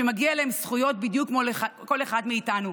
שמגיעות להם זכויות בדיוק כמו לכל אחד מאיתנו.